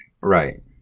right